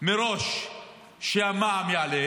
מראש שהמ"עמ יעלה,